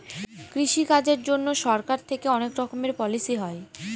কৃষি কাজের জন্যে সরকার থেকে অনেক রকমের পলিসি হয়